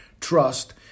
trust